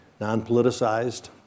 non-politicized